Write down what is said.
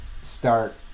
start